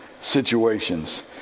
situations